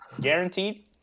guaranteed